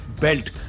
belt